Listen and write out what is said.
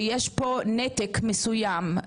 שיש פה נתק מסוים,